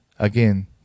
Again